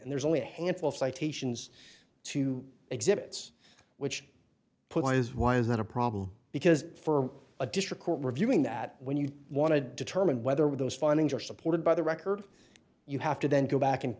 and there's only a handful of citations to exhibits which put on is why is that a problem because for a district court reviewing that when you want to determine whether those findings are supported by the record you have to then go back and